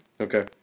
Okay